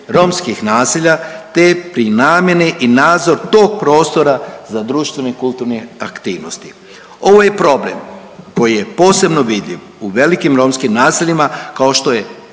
romskih naselja te prenamjene i nadzor tog prostora za društvene i kulturne aktivnosti. Ovo je problem koji je posebno vidljiv u velikim romskim naseljima kao što je